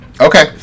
Okay